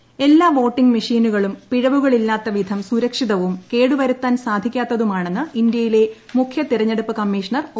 റാവത്ത് എല്ലാ വോട്ടിംഗ് മെഷീനുകളും പിഴവുകളില്ലാത്ത വിധം സുരക്ഷിതവും കേടുവരുത്താൻ സാധിക്കാത്തതുമാണെന്ന് ഇന്ത്യയിലെ മുഖ്യ തെരഞ്ഞെടുപ്പ് കമ്മീഷണർ ഒ